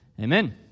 Amen